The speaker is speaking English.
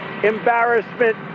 embarrassment